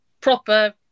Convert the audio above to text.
proper